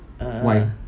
uh